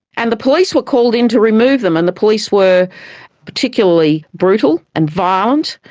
and the police were called in to remove them and the police were particularly brutal and violent,